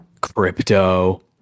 crypto